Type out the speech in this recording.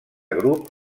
grup